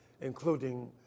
including